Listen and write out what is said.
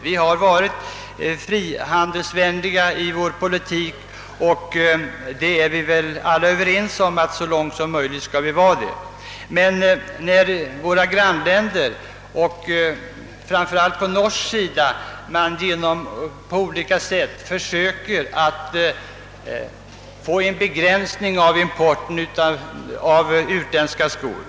Vi har varit frihandelsvänliga i vår politik, och vi är väl alla överens om att så långt som möjligt vara det. Våra grannländer, framför allt Norge, försöker emellertid att på olika sätt få till stånd en begränsning av importen av utländska skor.